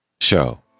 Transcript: Show